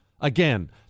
Again